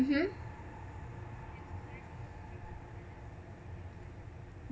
mm